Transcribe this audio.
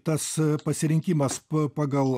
tas pasirinkimas pagal